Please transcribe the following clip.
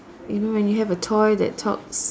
you know when you have a toy that talks